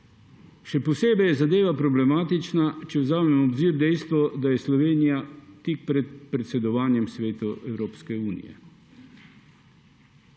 Še posebej je zadeva problematična, če vzamemo v obzir dejstvo, da je Slovenija tik pred predsedovanjem Svetu Evropske unije.